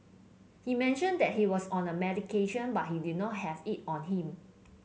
he mentioned that he was on a medication but he did not have it on him